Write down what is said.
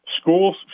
schools